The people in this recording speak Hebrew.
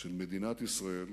של מדינת ישראל